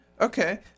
Okay